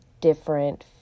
different